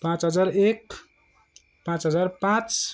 पाँच हजार एक पाँच हजार पाँच